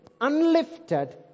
unlifted